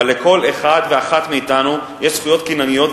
אבל לכל אחד ואחת מאתנו יש זכויות קנייניות,